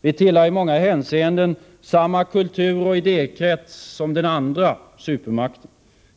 Vi tillhör i många hänseenden samma kulturoch idékrets som den andra supermakten.